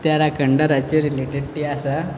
त्या राखणदाराचेर रिलेटेड ती आसा